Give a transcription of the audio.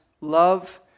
love